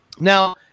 Now